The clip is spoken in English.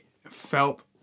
felt